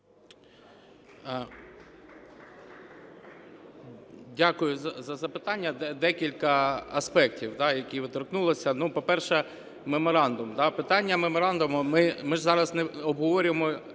Дякую за запитання. Декілька аспектів, яких ви торкнулися. По-перше, меморандум. Питання меморандуму ми ж зараз не обговорюємо